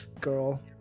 girl